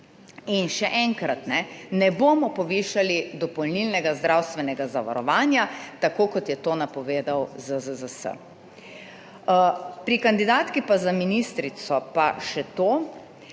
in še enkrat, ne bomo povišali dopolnilnega zdravstvenega zavarovanja tako kot je to napovedal ZZZS. Pri kandidatki za ministrico pa še to,